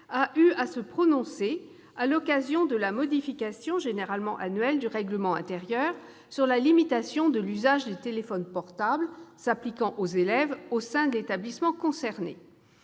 a eu à se prononcer, à l'occasion de la modification, généralement annuelle, du règlement intérieur, sur la limitation de l'usage des téléphones portables s'appliquant aux élèves au sein de l'établissement concerné.